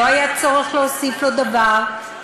לא היה צורך להוסיף לו דבר,